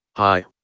Hi